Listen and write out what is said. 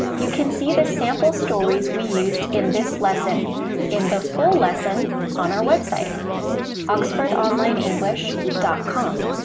you can see the sample stories we used in this lesson in the full lesson on our website oxford online english dot com.